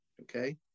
okay